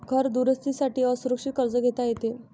घर दुरुस्ती साठी असुरक्षित कर्ज घेता येते